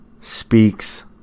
speaks